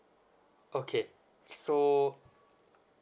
okay so